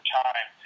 time